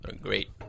great